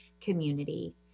community